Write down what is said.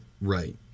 right